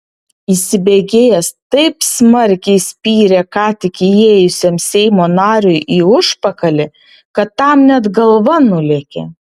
įsibėgėjęs taip smarkiai spyrė ką tik įėjusiam seimo nariui į užpakalį kad tam net galva nulėkė